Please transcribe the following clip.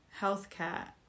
healthcare